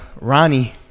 Ronnie